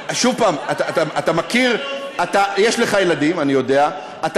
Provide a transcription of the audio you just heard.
שוב, אתה מכיר, יש לך ילדים, אני יודע, נכון.